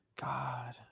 God